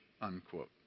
unquote